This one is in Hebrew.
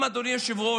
אדוני היושב-ראש,